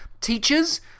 teachers